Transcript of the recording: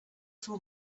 saw